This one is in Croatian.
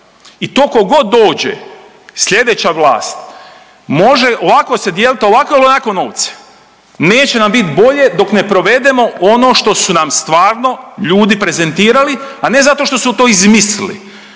I to, tko god dođe sljedeća vlast može ovako se dijeliti ovako ili onako novci neće nam biti bolje dok ne provedemo ono što su nam stvarno ljudi prezentirali, a ne zato što su to izmislili,